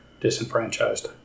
disenfranchised